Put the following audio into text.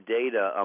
data